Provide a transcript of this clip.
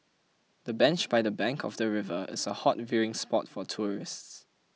the bench by the bank of the river is a hot viewing spot for tourists